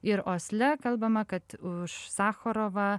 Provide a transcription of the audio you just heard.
ir osle kalbama kad už sacharovą